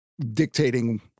dictating